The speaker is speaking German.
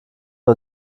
wir